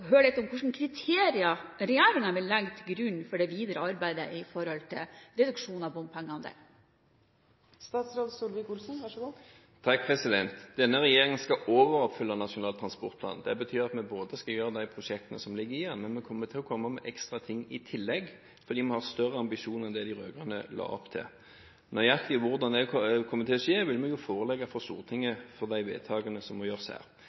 høre litt om hvilke kriterier regjeringen vil legge til grunn for det videre arbeidet med reduksjon av bompengeandelen. Denne regjeringen skal overoppfylle Nasjonal transportplan. Det betyr at vi skal gjennomføre de prosjektene som ligger i den, men vi vil også komme med ekstra ting i tillegg fordi vi har større ambisjoner enn det de rød-grønne la opp til. Nøyaktig hvordan det kommer til å skje, vil vi forelegge for Stortinget, for de vedtakene må gjøres her.